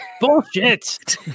Bullshit